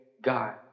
God